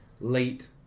late